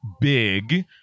big